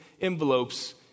envelopes